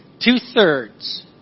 Two-thirds